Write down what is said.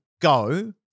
go